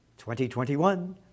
2021